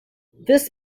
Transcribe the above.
this